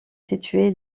situé